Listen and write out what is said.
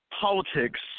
politics